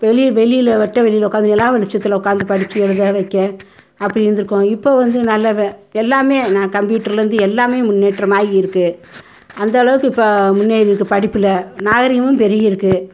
வெளியே வெளியில் வெட்ட வெளியில் உக்கார்ந்து நிலா வெளிச்சத்தில் உக்கார்ந்து படிக்கிறது வைக்க அப்படி இருந்திருக்கோம் இப்போ வந்து நல்ல எல்லாமே நான் கம்ப்யூட்டருலருந்து எல்லாமே முன்னேற்றமாகி இருக்குது அந்த அளவுக்கு இப்போ முன்னேறியிருக்கு படிப்பில் நாகரீகமும் பெருகி இருக்குது